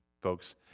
folks